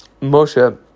Moshe